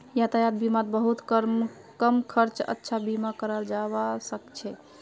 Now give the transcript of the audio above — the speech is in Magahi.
यातायात बीमात बहुत कम खर्चत अच्छा बीमा कराल जबा सके छै